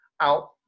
out